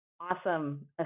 awesome